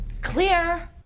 Clear